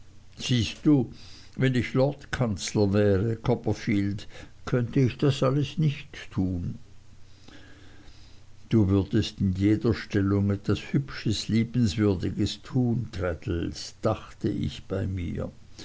siehst du wenn ich lordkanzler wäre copperfield könnte ich das alles nicht tun du würdest in jeder stellung etwas hübsches liebenswürdiges tun traddles dachte ich bei mir